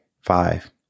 Five